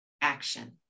action